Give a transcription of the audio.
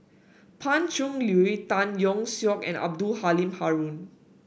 Pan Cheng Lui Tan Yeok Seong and Abdul Halim Haron